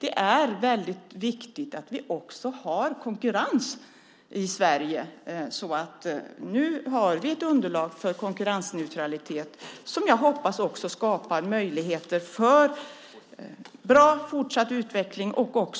Det är väldigt viktigt att vi också har konkurrens i Sverige. Nu har vi ett underlag för konkurrensneutralitet som jag hoppas skapar möjligheter för bra fortsatt utveckling och